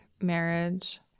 marriage